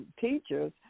teachers